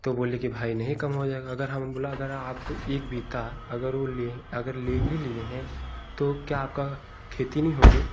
तो बोले कि भाई नहीं कम हो जाएगा अगर हम बोला अगर आप कोई एक बित्ता अगर वो ले अगर ले भी लिये हैं तो क्या आपका खेती नहीं होगी